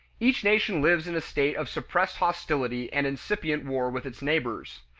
each nation lives in a state of suppressed hostility and incipient war with its neighbors.